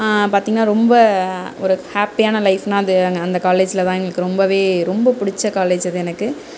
பார்த்திங்கன்னா ரொம்ப ஒரு ஹாப்பியான லைஃப்னா அது அந்த காலேஜில் தான் எங்களுக்கு ரொம்ப ரொம்ப பிடிச்ச காலேஜ் அது எனக்கு